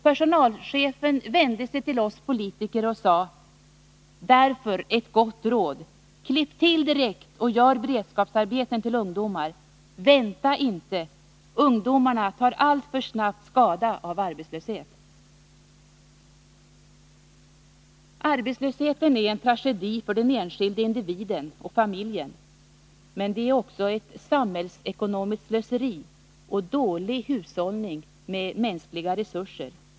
Personalchefen vände sig till oss politiker och sade: Därför ett gott råd — klipp till direkt och gör beredskapsarbeten för ungdomar. Vänta inte, ungdomarna tar alltför snabbt skada av arbetslöshet. Arbetslösheten är en tragedi för den enskilda individen och familjen. Men den är också ett samhällsekonomiskt slöseri och dålig hushållning med mänskliga resurser.